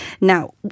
Now